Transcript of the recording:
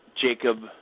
Jacob